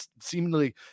seemingly